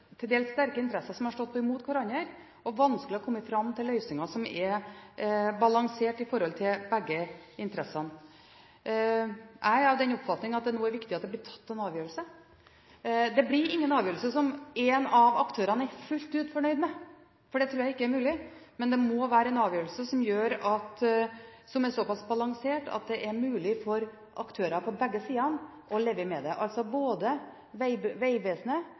vanskelig å komme fram til løsninger som er balanserte med tanke på begge interessene. Jeg er av den oppfatning at det nå er viktig at det blir tatt en avgjørelse. Det blir ingen avgjørelse som en av aktørene er fullt ut fornøyd med, det tror jeg ikke er mulig, men det må være en avgjørelse som er såpass balansert at det er mulig for aktørene – på begge sider – å leve med den, altså både Vegvesenet